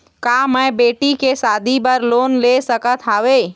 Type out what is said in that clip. का मैं बेटी के शादी बर लोन ले सकत हावे?